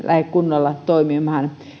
kunnolla toimimaan